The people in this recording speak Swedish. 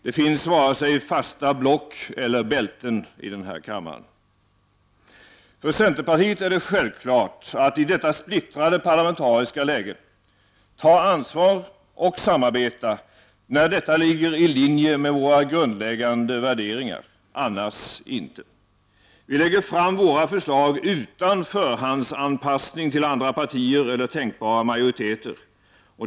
Det finns varken fasta ”block” eller ”bälten” i den här kammaren. För centerpartiet är det självklart att, i detta splittrade parlamentariska läge, ta ansvar och samarbeta, när detta ligger i linje med våra grundläggande värderingar, annars inte. Vi lägger fram våra förslag utan förhandsanpassning till andra partier eller tänkbara majoriteter.